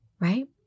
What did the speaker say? Right